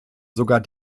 sogar